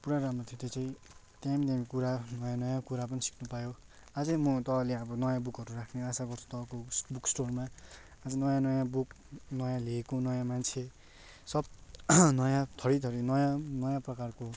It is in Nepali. पुरा राम्रो थियो त्यो चाहिँ दामी दामी कुरा नयाँ नयाँ कुरा पनि सिक्नु पायो अझै म त अहिले अब नयाँ बुकहरू राख्ने आशा गर्छु तपाईँको बुक स्टोरमा अझै नयाँ नयाँ बुक नयाँ ल्याएको नयाँ मान्छे सब नयाँ थरी थरी नयाँ नयाँ प्रकारको